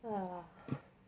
!wah!